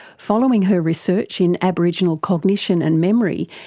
following her research in aboriginal cognition and memory,